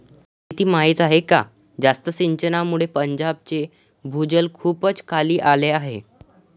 प्रीती माहीत आहे का जास्त सिंचनामुळे पंजाबचे भूजल खूपच खाली आले आहे